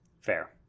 Fair